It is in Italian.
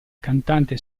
cantante